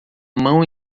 mão